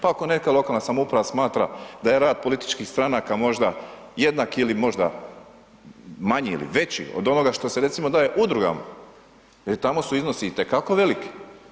Pa ako neka lokalna samouprava smatra da je rad političkih stranaka možda jednak ili možda manji, ili veći od onoga što se recimo daje Udrugama, e tamo su iznosi itekako veliki.